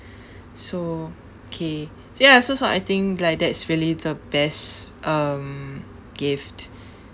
so okay ya so so I think like that's really the best um gift